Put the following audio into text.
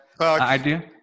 idea